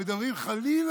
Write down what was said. הם מדברים חלילה